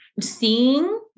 seeing